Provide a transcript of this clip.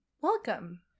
welcome